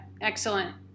excellent